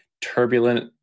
turbulent